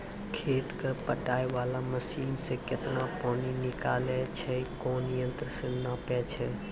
खेत कऽ पटाय वाला मसीन से केतना पानी निकलैय छै कोन यंत्र से नपाय छै